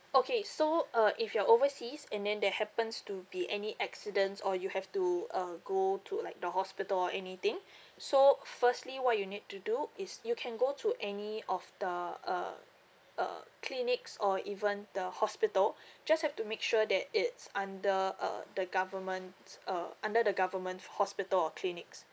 okay so uh if you're overseas and then there happens to be any accidents or you have to uh go to like the hospital or anything so firstly what you need to do is you can go to any of the uh uh clinics or even the hospital just have to make sure that it's under uh the government uh under the government hospital or clinics